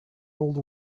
old